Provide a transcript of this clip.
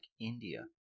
India